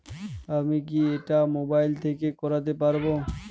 আমি কি এটা মোবাইল থেকে করতে পারবো?